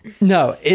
No